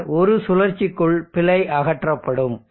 பின்னர் ஒரு சுழற்சிக்குள் பிழை அகற்றப்படும்